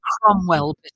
Cromwell